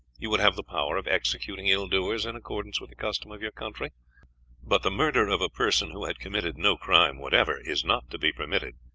you would have the power of executing ill doers in accordance with the custom of your country but the murder of a person who had committed no crime whatever is not to be permitted,